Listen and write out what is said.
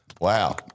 Wow